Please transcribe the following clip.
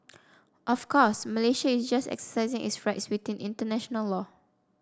of course Malaysia is just exercising its rights within international law